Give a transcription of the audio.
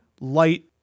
light